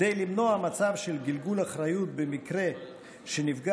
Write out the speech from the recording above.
כדי למנוע מצב של גלגול אחריות במקרה שנפגע